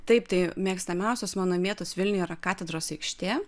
taip tai mėgstamiausias mano vietos vilniuje yra katedros aikštė